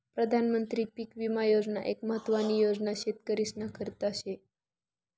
प्रधानमंत्री पीक विमा योजना एक महत्वानी योजना शेतकरीस्ना करता शे